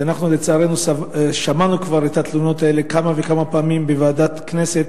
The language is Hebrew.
לצערנו כבר שמענו את התלונות האלה כמה וכמה פעמים בוועדת כנסת,